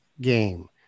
game